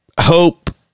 hope